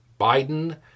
Biden